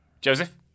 Joseph